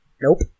Nope